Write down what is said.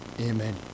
Amen